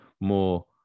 more